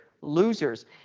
losers